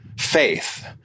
faith